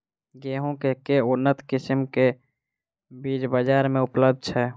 गेंहूँ केँ के उन्नत किसिम केँ बीज बजार मे उपलब्ध छैय?